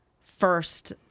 first